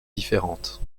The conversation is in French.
différente